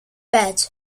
bed